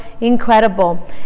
incredible